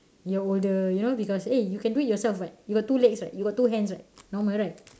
you're older you know because eh you can do it yourself what you got two legs what you got two hands what normal right